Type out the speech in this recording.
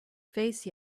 face